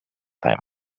time